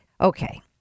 okay